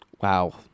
Wow